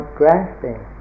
grasping